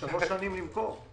שלוש שנים למכור.